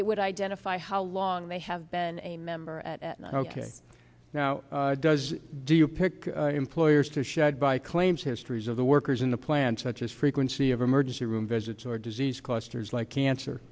it would identify how long they have been a member ok now does do you pick employers to shed by claims histories of the workers in the plant such as frequency of emergency room visits or disease clusters like cancer